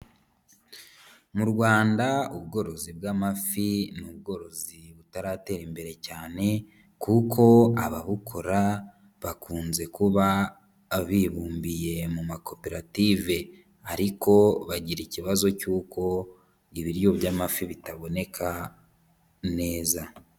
Mu rwanda ubworozi bw'amafi n'ubworozi butaratera imbere cyane, kuko ababukora bakunze kuba abibumbiye mu makoperative. Ariko bagira ikibazo cy'uko ibiryo by'amafi bitaboneka neza.